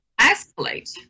escalate